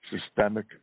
Systemic